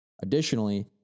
Additionally